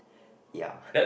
ya